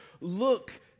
look